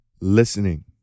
listening